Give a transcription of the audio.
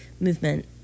movement